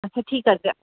আচ্ছা ঠিক আছে